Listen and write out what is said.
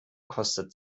kostet